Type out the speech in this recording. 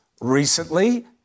recently